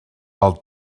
del